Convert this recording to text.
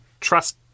trust